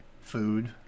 food